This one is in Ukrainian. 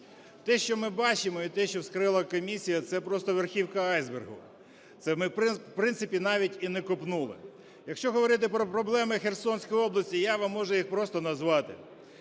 Те, що ми бачимо, і те, щовскрила комісія, це просто верхівка айсбергу. Це ми, в принципі, навіть і не копнули. Якщо говорити про проблеми Херсонської області, я вам можу їх просто назвати.